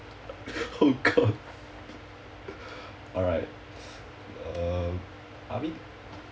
oh god alright um I mean